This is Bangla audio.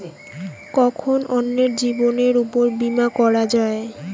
কখন অন্যের জীবনের উপর বীমা করা যায়?